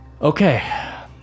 Okay